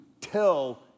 tell